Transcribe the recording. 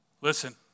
Listen